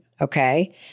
okay